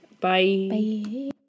Bye